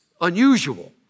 unusual